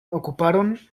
ocuparon